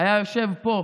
שהיה יושב פה,